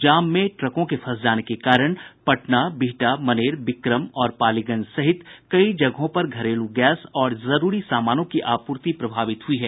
जाम में ट्रकों के फंस जाने के कारण पटना बिहटा मनेर बिक्रम और पालीगंज सहित कई जगहों पर घरेलू गैस और जरूरी सामानों की आपूर्ति प्रभावित हुई है